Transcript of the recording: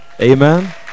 Amen